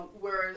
whereas